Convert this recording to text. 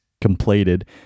completed